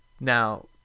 now